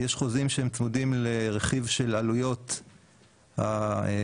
יש חוזים שצמודים לרכיב של עלויות החשמל,